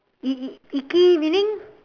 i~ icky meaning